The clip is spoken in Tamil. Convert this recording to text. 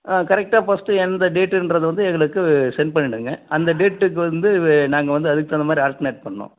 ஆ கரெக்ட்டாக ஃபஸ்ட்டு எந்த டேட்டுன்றது வந்து எங்களுக்கு சென்ட் பண்ணிடுங்க அந்த டேட்டுக்கு வந்து நாங்கள் வந்து அதுக்கு தகுந்த மாதிரி ஆல்ட்னேட் பண்ணனும்